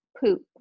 poop